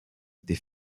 des